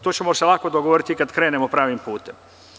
Tu ćemo se lako dogovoriti kada krenemo pravim putem.